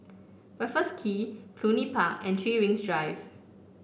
Raffles Quay Cluny Park and Three Rings Drive